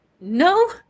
no